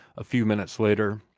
a few minutes later.